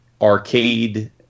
Arcade